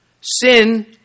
Sin